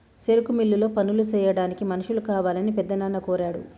సెరుకు మిల్లులో పనులు సెయ్యాడానికి మనుషులు కావాలని పెద్దనాన్న కోరాడు